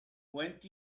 went